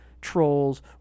trolls